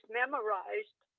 memorized